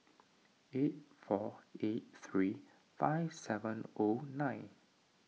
eight four eight three five seven O nine